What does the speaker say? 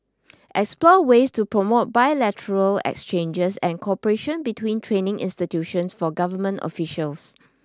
explore ways to promote bilateral exchanges and cooperation between training institutions for government officials